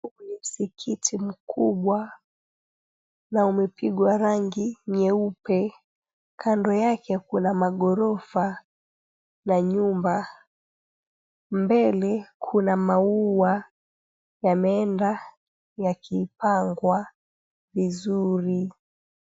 Huu ni msikiti mkubwa na umepigwa rangi nyeupe, kando yake kuna maghorofa na nyumba. Mbele kuna maua yameenda yakipangwa vizuri.